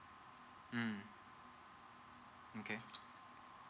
mm okay